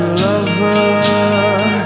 lover